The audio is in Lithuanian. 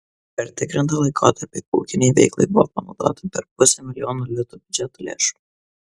per tikrintą laikotarpį ūkinei veiklai buvo panaudota per pusę milijono litų biudžeto lėšų